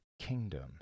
kingdom